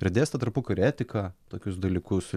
ir dėstė tarpukariu etiką tokius dalykus